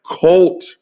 cult